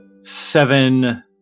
seven